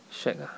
shag ah